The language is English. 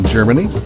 Germany